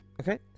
Okay